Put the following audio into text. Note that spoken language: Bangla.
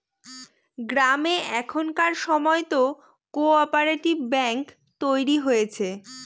গ্রামে এখনকার সময়তো কো অপারেটিভ ব্যাঙ্ক তৈরী হয়েছে